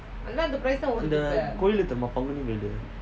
அந்தகோவில்இருக்குல்லபங்குனிவீடு:antha kovil irukkulla panguni veedu